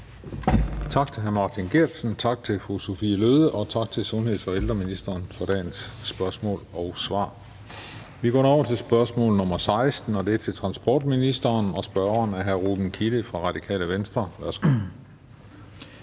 Tak til hr. Martin Geertsen, tak til fru Sophie Løhde, og tak til sundheds- og ældreministeren for dagens spørgsmål og svar. Vi går nu over til spørgsmål nr. 16. Det er til transportministeren, og spørgeren er hr. Ruben Kidde fra Radikale Venstre. Kl.